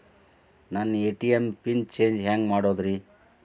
ನನ್ನ ATM PIN change ಹೆಂಗ್ ಮಾಡೋದ್ರಿ?